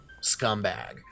scumbag